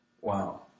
Wow